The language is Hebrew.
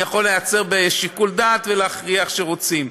אני יכול להיעצר בשיקול דעת ולהכריע איך שרוצים.